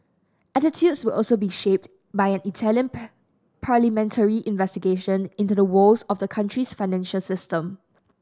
attitudes will also be shaped by an Italian parliamentary investigation into the woes of the country's financial system